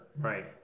Right